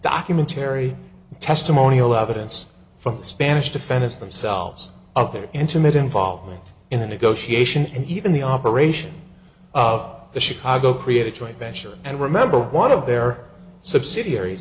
document terry testimonial but it's from the spanish defendants themselves up their intimate involvement in the negotiations and even the operation of the chicago created joint venture and remember one of their subsidiaries